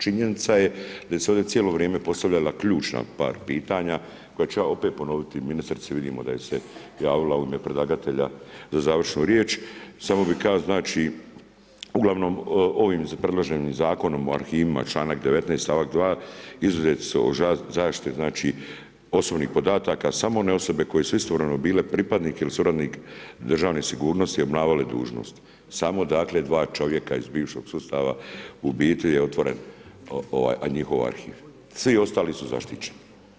Činjenica je da su se ovdje cijelo vrijeme postavljala ključna par pitanja koje ću ja opet ponoviti ministrici, vidimo da se javila u ime predlagatelja za završnu riječ, samo bi kazao, uglavnom ovim predloženim Zakonom o arhivima, članak 19. stavak 2. izuzeti od zaštite osobnih podataka samo one osobe koje su istovremeno bile pripadnik ili suradnik državne sigurnosti i obnašale dužnost, samo dakle dva čovjeka iz bivšeg sustava u niti je otvoren njihov arhiv, svi ostali su zaštićeni.